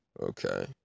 Okay